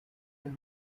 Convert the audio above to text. der